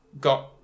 got